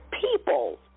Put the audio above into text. people